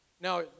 Now